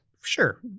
Sure